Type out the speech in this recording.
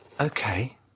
Okay